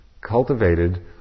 cultivated